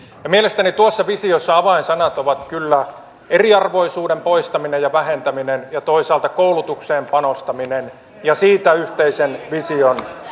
mielestäni tuossa visiossa avainsanoja ovat kyllä eriarvoisuuden poistaminen ja vähentäminen ja toisaalta koulutukseen panostaminen ja siitä yhteisen vision